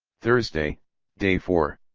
thursday day four.